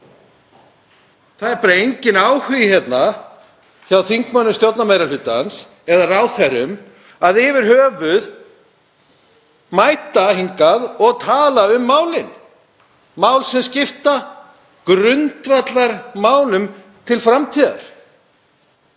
Það er bara enginn áhugi hjá þingmönnum stjórnarmeirihlutans eða ráðherrum að mæta hingað yfir höfuð og tala um málin, mál sem skipta grundvallarmáli til framtíðar.